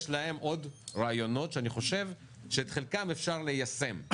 יש להם עוד רעיונות שאני חושב שאתם חלקם אפשר ליישם.